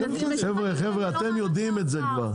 חבר'ה חבר'ה אתם יודעים את זה כבר,